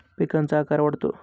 पिकांचा आकार वाढतो